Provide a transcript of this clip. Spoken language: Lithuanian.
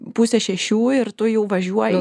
pusę šešių ir tu jau važiuoji